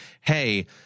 Hey